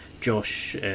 josh